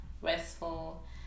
restful